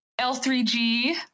L3G